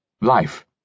Life